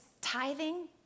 tithing